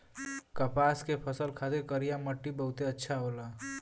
कपास के फसल खातिर करिया मट्टी बहुते अच्छा होला